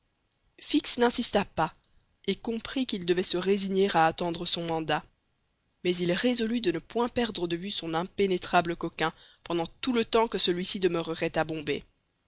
fix n'insista pas et comprit qu'il devait se résigner à attendre son mandat mais il résolut de ne point perdre de vue son impénétrable coquin pendant tout le temps que celui-ci demeurerait à bombay